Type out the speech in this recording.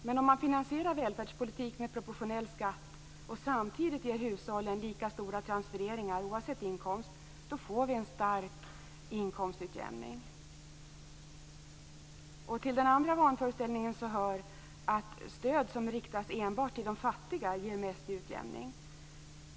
Men om man finansierar välfärdspolitik med proportionell skatt och samtidigt ger hushållen lika stora transfereringar oavsett inkomst, då får vi en stark inkomstutjämning. Till den andra vanföreställningen hör att stöd som enbart riktas till de fattiga ger mest utjämning.